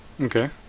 Okay